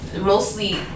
mostly